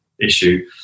issue